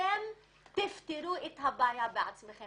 ויפתרו את הבעיה בעצמן.